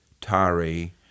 Tari